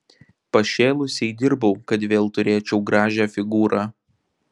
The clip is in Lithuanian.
pašėlusiai dirbau kad vėl turėčiau gražią figūrą